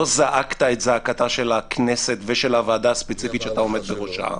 לא זעקת את זעקתה של הכנסת ושל הוועדה הספציפית שאתה עומד בראשה,